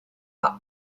are